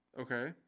Okay